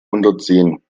unterziehen